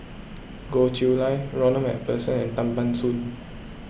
Goh Chiew Lye Ronald MacPherson and Tan Ban Soon